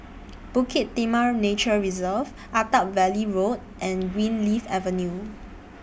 Bukit Timah Nature Reserve Attap Valley Road and Greenleaf Avenue